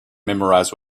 memorize